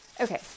Okay